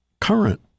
current